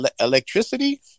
electricity